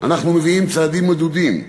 אנחנו מביאים צעדים מדודים.